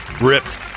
ripped